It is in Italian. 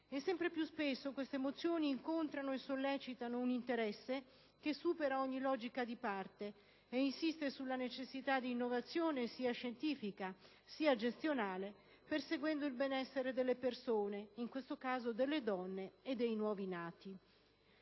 e sempre più spesso tali mozioni incontrano e sollecitano un interesse che supera ogni logica di parte e che insiste sulla necessità di innovazione, sia scientifica sia gestionale, perseguendo il benessere delle persone, in questo caso delle donne e dei nuovi nati.